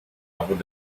avut